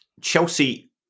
Chelsea